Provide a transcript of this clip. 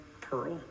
pearl